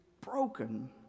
broken